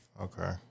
Okay